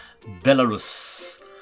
Belarus